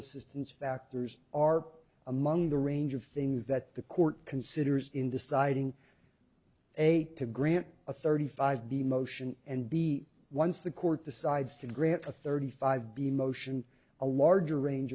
assistance factors are among the range of things that the court considers in deciding a to grant a thirty five b motion and b once the court decides to grant a thirty five b motion a larger range